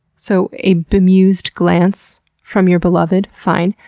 so a bemused glance from your beloved. fine.